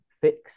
fix